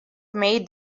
made